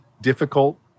difficult